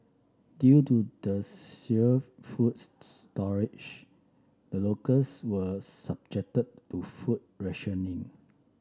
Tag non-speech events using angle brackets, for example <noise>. due to the <unintelligible> foods storage the locals were subjected to food rationing